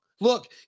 Look